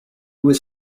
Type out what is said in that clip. was